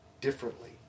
differently